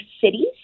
cities